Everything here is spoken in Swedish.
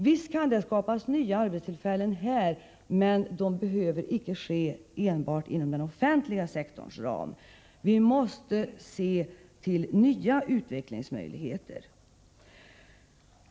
Visst kan det skapas nya arbetstillfällen här, men det behöver inte alltid ske enbart inom den offentliga sektorn. Vi måste se till nya utvecklingsmöjligheter.